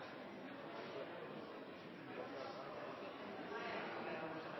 det er mer